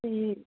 ਅਤੇ